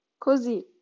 Così